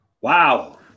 Wow